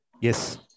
Yes